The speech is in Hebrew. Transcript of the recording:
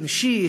חמישי,